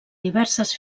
diverses